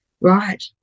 right